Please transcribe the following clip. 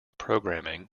programming